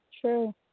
True